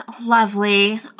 lovely